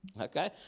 Okay